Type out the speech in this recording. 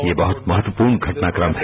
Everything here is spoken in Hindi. यह बहुत महत्वपूर्ण घटनाक्रम है